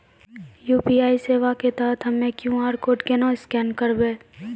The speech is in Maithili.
यु.पी.आई सेवा के तहत हम्मय क्यू.आर कोड केना स्कैन करबै?